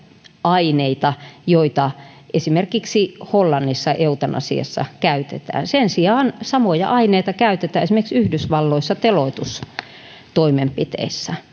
aineita joita esimerkiksi hollannissa eutanasiassa käytetään sen sijaan samoja aineita käytetään esimerkiksi yhdysvalloissa teloitustoimenpiteissä